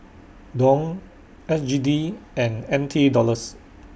Dong S G D and N T Dollars